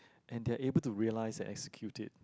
and they're able to realise and execute it